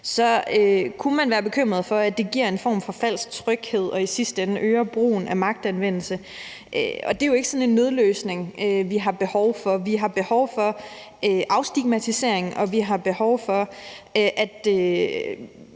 Man kunne være bekymret for, at det giver en form for falsk tryghed og i sidste ender øger brugen af magtanvendelse, og det er jo ikke sådan en nødløsning, vi har behov for. Vi har behov for afstigmatisering og for